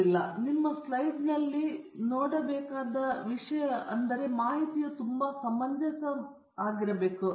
ಆದ್ದರಿಂದ ನಿಮ್ಮ ಸ್ಲೈಡ್ನಲ್ಲಿ ನೀವು ನೋಡಬೇಕಾದ ವಿಷಯವೆಂದರೆ ತೋರಿಸುವ ಮಾಹಿತಿಯು ಸಮಂಜಸವಾಗಿರಬೇಕು